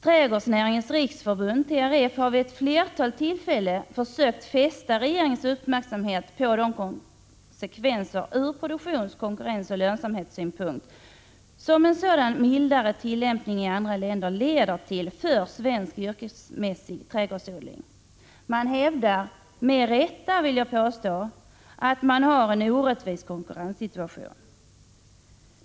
Trädgårdsnäringens riksförbund, TRF, har vid ett flertal tillfällen försökt fästa regeringens uppmärksamhet på de konsekvenser ur produktions-, konkurrensoch lönsamhetssynpunkt som en sådan mildare tillämpning i andra länder leder till för svensk yrkesmässig trädgårdsodling. Man hävdar — med rätta, vill jag påstå — att man har en orättvis konkurrenssituation.